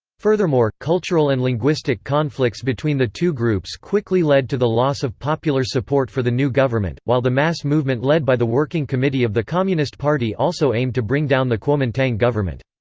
furthermore, cultural and linguistic conflicts between the two groups quickly led to the loss of popular support for the new government, while the mass movement led by the working committee of the communist party also aimed to bring down the kuomintang government.